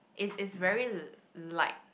it's it's very light